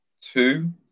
two